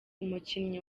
umukinnyi